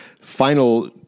Final